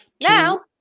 Now